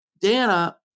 Dana